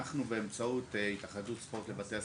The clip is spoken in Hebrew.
אנחנו, באמצעות התאחדות הספורט לבתי הספר,